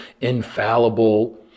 infallible